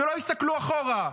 שלא הסתכלו אחורה,